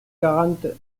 quarante